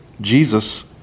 Jesus